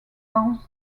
bounds